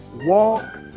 walk